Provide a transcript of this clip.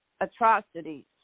atrocities